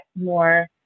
more